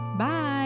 Bye